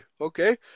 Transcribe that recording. okay